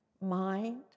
mind